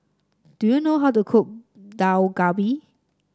do you know how to cook Dak Galbi